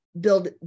build